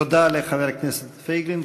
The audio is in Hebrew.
תודה לחבר הכנסת פייגלין.